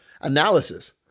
analysis